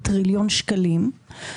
טריליון שקלים.